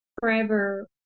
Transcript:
forever